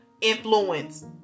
influence